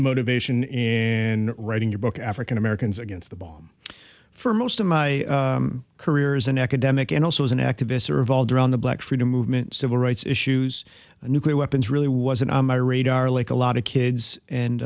the motivation in writing your book african americans against the bomb for most of my career as an academic and also as an activist or evolved around the black freedom movement civil rights issues nuclear weapons really wasn't on my radar like a lot of kids and